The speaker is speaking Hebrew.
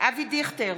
אבי דיכטר,